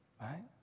right